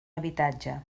habitatge